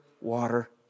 water